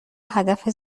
هدف